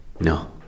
No